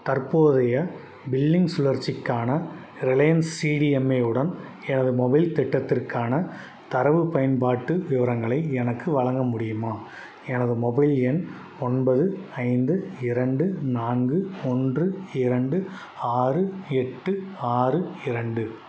தற்போதைய பில்லிங் சுழற்சிக்கான Reliance CDMA உடன் எனது மொபைல் திட்டத்திற்கான தரவுப் பயன்பாட்டு விவரங்களை எனக்கு வழங்க முடியுமா எனது மொபைல் எண் ஒன்பது ஐந்து இரண்டு நான்கு ஒன்று இரண்டு ஆறு எட்டு ஆறு இரண்டு